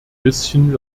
bisschen